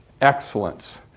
excellence